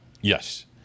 yes